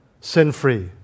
sin-free